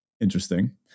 Interesting